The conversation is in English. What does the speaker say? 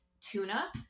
tuna